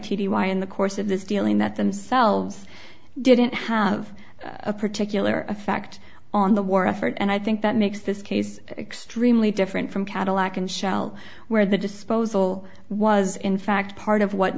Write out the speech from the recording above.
d y in the course of this dealing that themselves didn't have a particular effect on the war effort and i think that makes this case extremely different from cadillac and shell where the disposal was in fact part of what